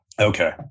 Okay